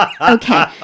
Okay